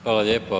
Hvala lijepa.